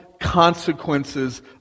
consequences